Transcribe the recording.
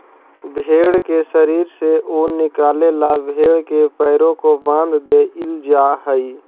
भेंड़ के शरीर से ऊन निकाले ला भेड़ के पैरों को बाँध देईल जा हई